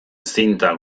zinta